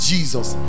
Jesus